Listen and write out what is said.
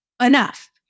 enough